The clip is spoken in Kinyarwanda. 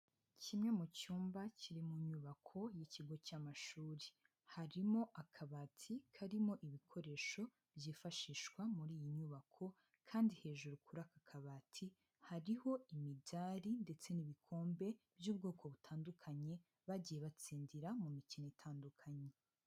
Kimwe mu cyumba kiri mu nyubako y ikigo cy'amashuri, harimo akabati karimo ibikoresho byifashishwa muri iyi nyubako kandi hejuru kuri aka kabati hariho imidari ndetse n'ibikombe by'ubwoko butandukanye, bagiye batsindira mu mikino itandukanye.